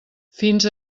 fins